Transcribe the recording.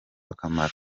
akamaro